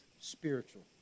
spiritual